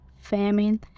famine